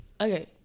Okay